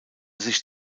sich